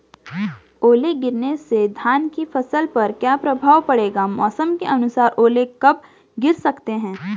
ओले गिरना से धान की फसल पर क्या प्रभाव पड़ेगा मौसम के अनुसार ओले कब गिर सकते हैं?